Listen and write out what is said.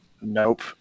Nope